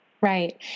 Right